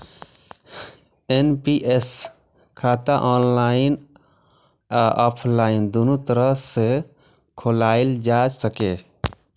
NPS खाता online आ offline, दुनू तरह सं खोलाएल जा सकैए